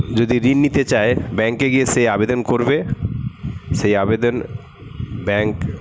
যদি ঋণ নিতে চায় ব্যাংকে গিয়ে সে আবেদন করবে সেই আবেদন ব্যাংক